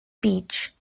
beach